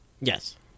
Yes